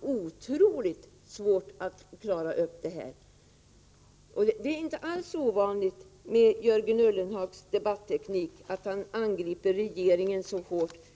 oerhört svårt att klara ut detta. Det är inte alls ovanligt att Jörgen Ullenhag med sin debatteknik angriper regeringen hårt.